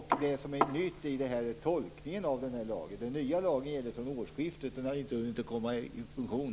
Det som är nytt är tolkningen av lagen. Den nya lagen gäller sedan årsskiftet och har ännu inte hunnit komma i funktion.